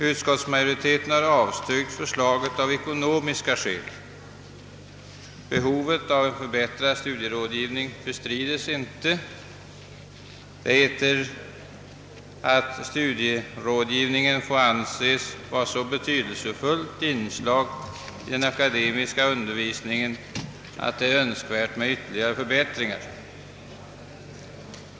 Utskottsmajoriteten har avstyrkt förslaget av ekonomiska skäl. Behovet av en förbättrad studierådgivning bestrides inte. Det heter att studierådgivningen får anses vara ett så betydelsefullt inslag i den akademiska undervisningen, att det är önskvärt med ytterligare förbättringar.